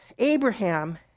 Abraham